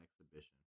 exhibition